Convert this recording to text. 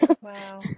Wow